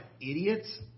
idiots